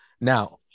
Now